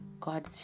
God